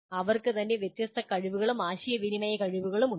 അവർക്ക് തന്നെ വ്യത്യസ്ത കഴിവുകളും ആശയവിനിമയ കഴിവുകളും ഉണ്ട്